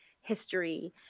history